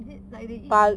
is it like they eat